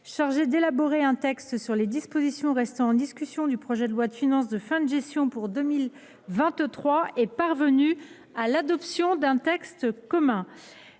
chargée d’élaborer un texte sur les dispositions restant en discussion du projet de loi de finances de fin de gestion pour 2023 est parvenue à l’adoption d’un texte commun.